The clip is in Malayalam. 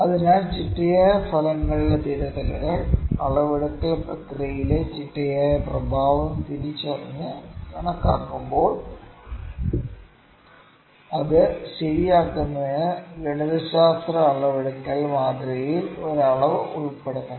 അതിനാൽ ചിട്ടയായ ഫലങ്ങളുടെ തിരുത്തലുകൾ അളവെടുക്കൽ പ്രക്രിയയിലെ ചിട്ടയായ പ്രഭാവം തിരിച്ചറിഞ്ഞ് കണക്കാക്കുമ്പോൾ അത് ശരിയാക്കുന്നതിന് ഗണിതശാസ്ത്ര അളവെടുക്കൽ മാതൃകയിൽ ഒരു അളവ് ഉൾപ്പെടുത്തണം